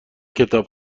کتاب